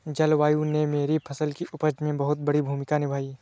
जलवायु ने मेरी फसल की उपज में बहुत बड़ी भूमिका निभाई